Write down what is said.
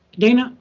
dana